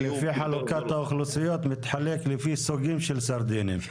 חלוקת האוכלוסיות זה מתחלק לפי סוגים של סרדינים.